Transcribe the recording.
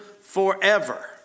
forever